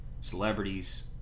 celebrities